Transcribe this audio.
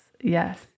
yes